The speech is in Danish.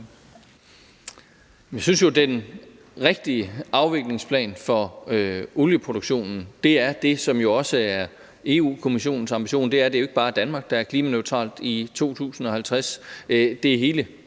Jeg synes jo, den rigtige afviklingsplan for olieproduktionen er den, som også er Europa-Kommissionens ambition, nemlig at det ikke bare er Danmark, der er klimaneutralt i 2050, det er hele